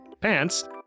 pants